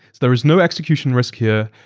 there is no execution risked here.